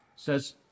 says